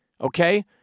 Okay